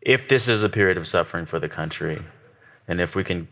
if this is a period of suffering for the country and if we can